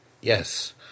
Yes